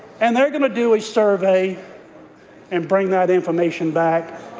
and they are going to do a survey and bring that information back,